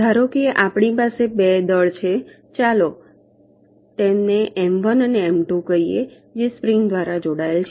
ધારો કે આપણી પાસે બે દળ છે ચાલો તેમને એમ 1 અને એમ 2 કહીએ જે સ્પ્રિંગ દ્વારા જોડાયેલા છે